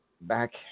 back